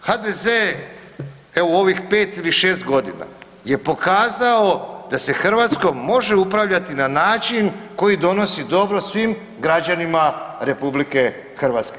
HDZ evo u ovih pet ili šest godina je pokazao da se Hrvatskom može upravljati na način koje donosi dobro svim građanima RH.